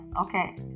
okay